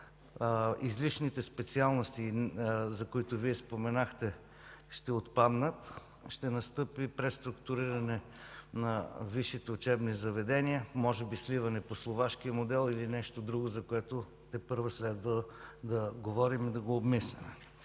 излишните специалности, за които Вие споменахте, ще отпаднат, ще настъпи преструктуриране на висшите учебни заведения, може би сливане по словашкия модел или нещо друго, за което тепърва следва да говорим и да обмисляме.